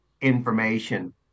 information